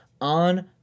on